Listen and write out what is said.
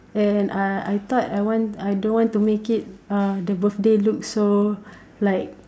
and uh I I thought I want I don't want to make it uh the birthday look so like